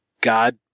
god